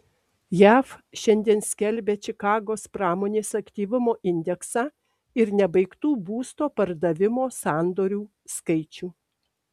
jav šiandien skelbia čikagos pramonės aktyvumo indeksą ir nebaigtų būsto pardavimo sandorių skaičių